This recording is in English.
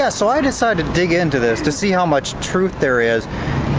ah so i decided to dig into this to see how much truth there is